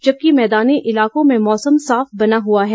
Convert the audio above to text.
जबकि मैदानी इलाकों में मौसम साफ बना हुआ है